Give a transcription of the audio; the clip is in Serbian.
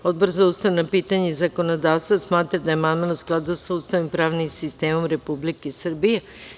Odbor za ustavna pitanja i zakonodavstvo smatra da je amandman u skladu sa Ustavom i pravnim sistemom Republike Srbije.